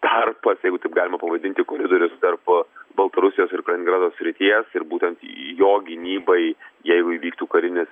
tarpas jeigu taip galima pavadinti koridorius tarp baltarusijos ir kaliningrado srities ir būtent jo gynybai jeigu įvyktų karinis